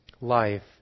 life